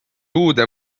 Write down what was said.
uude